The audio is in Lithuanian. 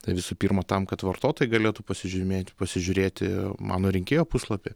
tai visų pirma tam kad vartotojai galėtų pasižymėti pasižiūrėti mano rinkėjo puslapį